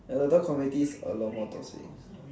the DOTA communities a lot more toxic